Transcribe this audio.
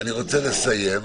אני רוצה לסיים.